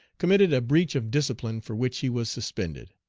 committed a breach of discipline for which he was suspended.